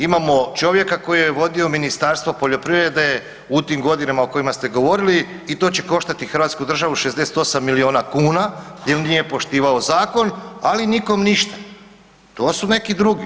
Imamo čovjeka koji je vodio Ministarstvo poljoprivrede u tim godinama o kojima ste govorili it oče koštati hrvatsku državu 68 milijuna kn jer nije poštivao zakon ali nikom ništa, to su neki drugi.